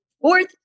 fourth